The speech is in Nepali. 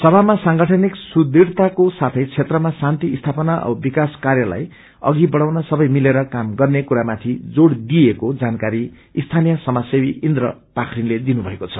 सभामा सांगठनिक सुद्गढ़ताको साथै क्षेत्रमा शान्ति स्थापना औ विकास कार्यलाई अघि बढ़ाउन सबै मिलेर काम गर्ने कुरामाथि जोड़ दिइएको जानकारी स्थानीय समाजसेवी इन्त्र पाखरिनले दिनु भएको छ